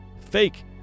fake